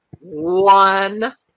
one